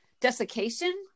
desiccation